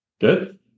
Good